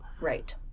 Right